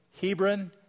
Hebron